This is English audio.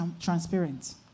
transparent